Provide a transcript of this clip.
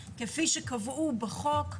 כפי שקבעו בחוק.